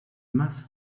must